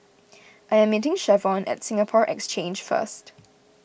I am meeting Shavon at Singapore Exchange first